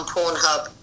Pornhub